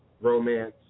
romance